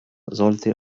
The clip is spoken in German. sollte